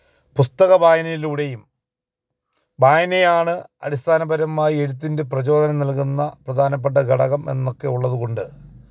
പുസ്തക വായനയിലൂടെയും വായനയാണ് അടിസ്ഥാനപരമായി എഴുത്തിന്റെ പ്രചോദനം നല്ക്കുന്ന പ്രധാനപ്പെട്ട ഘടകം എന്നൊക്കെയുള്ളതു കൊണ്ട്